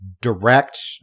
direct